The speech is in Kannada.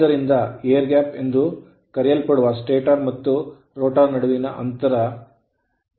ಆದ್ದರಿಂದ ಏರ್ ಗ್ಯಾಪ್ ಎಂದು ಕರೆಯಲ್ಪಡುವ ಸ್ಟಾಟರ್ ಮತ್ತು ರೋಟರ್ ನಡುವೆ ಅಂತರವಿದೆ